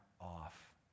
off